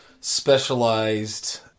specialized